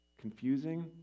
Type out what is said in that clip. confusing